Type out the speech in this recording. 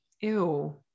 Ew